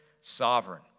sovereign